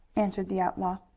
answered the outlaw.